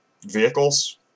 vehicles